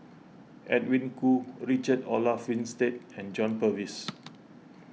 Edwin Koo Richard Olaf Winstedt and John Purvis